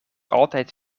altijd